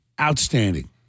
outstanding